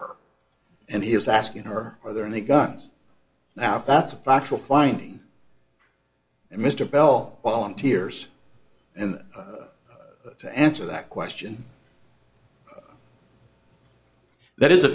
her and he was asking her are there any guns now that's a factual finding and mr bell volunteers and to answer that question that is a